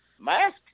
mask